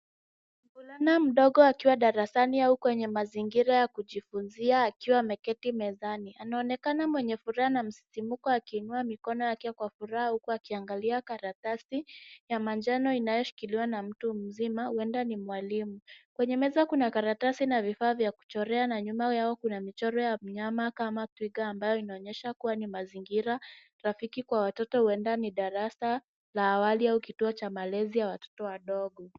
Mvulana mdogo aiwa darasana au kwenye mazingira ya kujifunzia akiwa ameketi mezani. Anaonekana mwenye furaha na msisimko akiinua mikono yake kwa furaha huku akiangalia karatasi ya manajnao inayoshikiliwa na mtu mzima huenda ni mwalimu. Kwenye meza kuna karatasi na vifaa vya kuchorea na nyuma yao kuna mchoro wa mnyama kama twiga ambayo inaonyesha kuwa ni mazingira rafiki kwa watoto huenda ni darasa la awali au kituo cha malezi ya watoto wadogo.